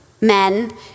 men